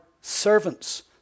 servants